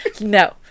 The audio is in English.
No